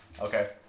Okay